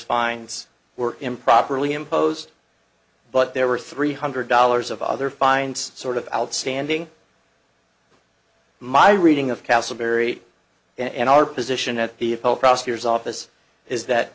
fines were improperly imposed but there were three hundred dollars of other find sort of outstanding my reading of casselberry and our position at the whole prosecutor's office is that